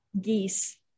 Geese